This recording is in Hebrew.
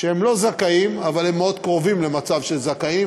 שהן לא זכאיות אבל הן מאוד קרובות למצב של זכאות,